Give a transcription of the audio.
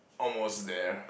almost there